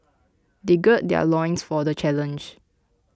they gird their loins for the challenge